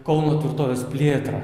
kauno tvirtovės plėtrą